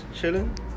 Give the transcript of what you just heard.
chilling